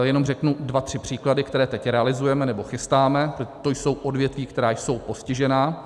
Jenom řeknu dva tři příklady, které teď realizujeme nebo chystáme, to jsou odvětví, která jsou postižená.